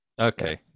okay